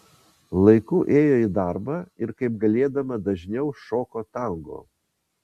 laiku ėjo į darbą ir kaip galėdama dažniau šoko tango